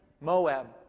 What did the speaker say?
Moab